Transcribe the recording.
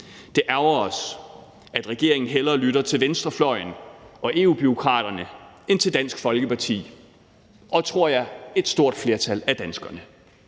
Det ærgrer os, at regeringen hellere lytter til venstrefløjen og EU-bureaukraterne end til Dansk Folkeparti og til, tror jeg, et stort flertal af danskerne.